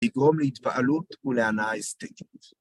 ‫לגרום להתפעלות ולהנאה אסטטית.